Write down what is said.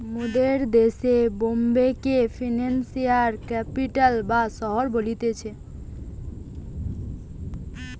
মোদের দেশে বোম্বে কে ফিনান্সিয়াল ক্যাপিটাল বা শহর বলতিছে